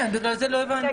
כן, בגלל זה לא הבנתי.